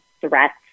threats